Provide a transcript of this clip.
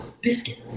biscuit